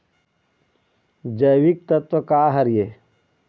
जैविकतत्व का हर ए?